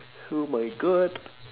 oh my god